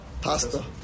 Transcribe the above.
Pasta